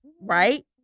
right